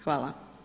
Hvala.